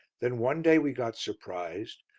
then one day we got surprised.